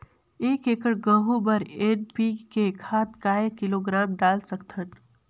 एक एकड़ गहूं बर एन.पी.के खाद काय किलोग्राम डाल सकथन?